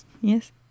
yes